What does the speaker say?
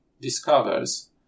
discovers